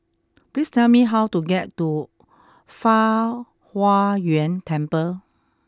please tell me how to get to Fang Huo Yuan Temple